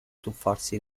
tuffarsi